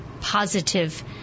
positive